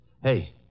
Hey